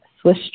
Swiss